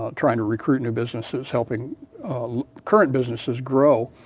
ah trying to recruit new businesses, helping current businesses grow,